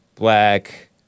black